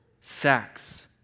sex